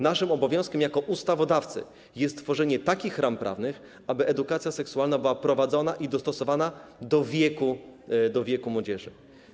Naszym obowiązkiem, jako ustawodawcy, jest tworzenie takich ram prawnych, aby edukacja seksualna była prowadzona i dostosowana do wieku młodzieży.